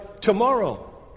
tomorrow